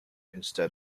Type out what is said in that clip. instead